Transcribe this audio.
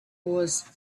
was